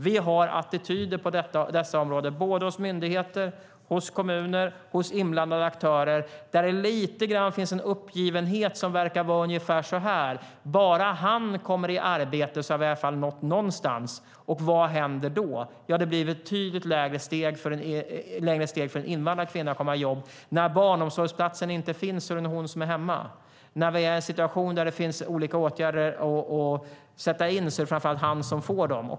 Vi har attityder på detta område hos myndigheter, kommuner och inblandade aktörer. Det finns lite grann en uppgivenhet som verkar vara ungefär den här: Bara han kommer i arbete har vi i alla fall nått någonstans. Vad händer då? Jo, det blir ett betydligt längre steg för en invandrad kvinna att komma i jobb. När barnomsorgsplatsen inte finns är det hon som är hemma. När det finns olika åtgärder att sätta in är det framför allt han som får dem.